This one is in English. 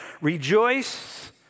Rejoice